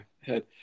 head